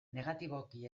negatiboki